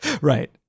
Right